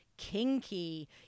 Kinky